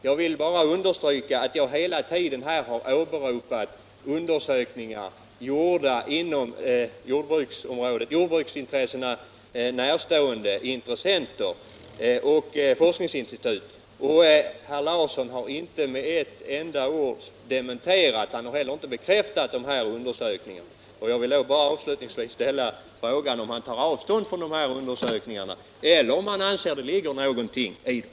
Jag vill bara understryka att jag hela tiden här har åberopat undersökningar gjorda inom jordbruksområdet av jordbruket närstående intressen och forskningsinstitut. Herr Larsson har inte med ett enda ord dementerat — och heller inte bekräftat — de här undersökningarna. Jag vill avslutningsvis fråga om han tar avstånd från undersökningarna eller om han anser att det ligger någonting i dem.